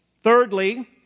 Thirdly